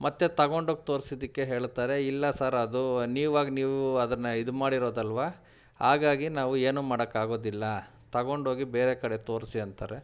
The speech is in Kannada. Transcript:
ಮತ್ತೆ ತಗೊಂಡೋಗಿ ತೋರ್ಸಿದ್ದಕ್ಕೆ ಹೇಳ್ತಾರೆ ಇಲ್ಲ ಸರ್ ಅದು ನೀವಾಗಿ ನೀವು ಅದನ್ನು ಇದು ಮಾಡಿರೋದಲ್ವಾ ಹಾಗಾಗಿ ನಾವು ಏನೂ ಮಾಡಕ್ಕೆ ಆಗೋದಿಲ್ಲ ತಗೊಂಡೋಗಿ ಬೇರೆ ಕಡೆ ತೋರಿಸಿ ಅಂತಾರೆ